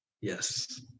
Yes